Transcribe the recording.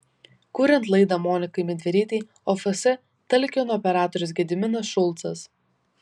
kuriant laidą monikai midverytei ofs talkino operatorius gediminas šulcas